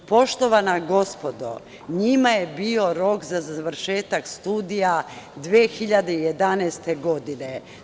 Poštovana gospodo, njima je bio rok za završetak studija 2011. godina.